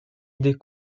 des